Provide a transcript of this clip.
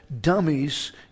dummies